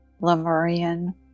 Lemurian